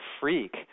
freak